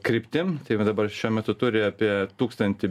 kryptim tai va dabar šiuo metu turi apie tūkstantį